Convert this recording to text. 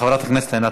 חברת הכנסת ענת